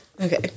Okay